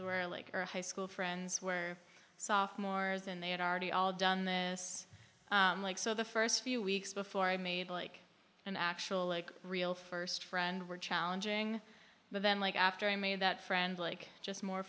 were like are high school friends where sophomores and they had already all done this like so the first few weeks before i made like an actual like real first friend were challenging but then like after i made that friend like just more